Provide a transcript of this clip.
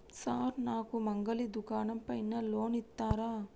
Sir నాకు మంగలి దుకాణం పైన లోన్ ఇత్తరా?